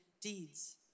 deeds